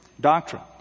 doctrine